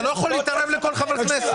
אתה לא יכול להתערב לכל חברי כנסת.